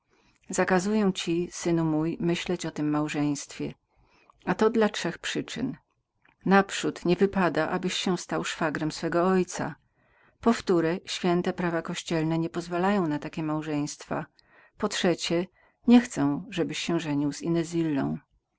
zakazuję ci synu mój myśleć o tem małżeństwie a to dla trzech przyczyn naprzód niewypada abyś stał się szwagrem ojca powtóre święte prawa kościelne nie pozwalają takich małżeństw potrzecie niechcę abyś żenił się z inezillą